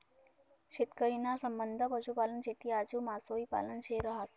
शेतकरी ना संबंध पशुपालन, शेती आजू मासोई पालन शे रहास